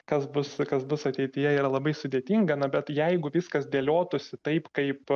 kas bus kas bus ateityje yra labai sudėtinga na bet jeigu viskas dėliotųsi taip kaip